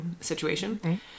situation